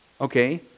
okay